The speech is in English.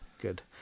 good